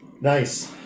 nice